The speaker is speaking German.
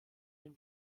den